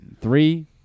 Three